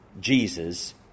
Jesus